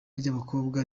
ry’abakobwa